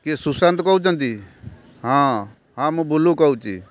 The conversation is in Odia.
କିଏ ସୁଶାନ୍ତ କହୁଛନ୍ତି ହଁ ହଁ ମୁଁ ବୁଲୁ କହୁଛି